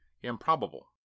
improbable